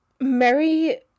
Mary